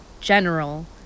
general